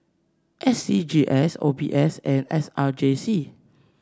S C G S O B S and S R J C